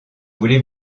voulez